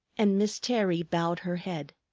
and miss terry bowed her head.